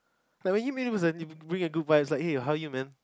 like when you meet him is bring your Good Vibes like hey how you man